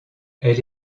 elle